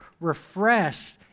refreshed